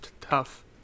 tough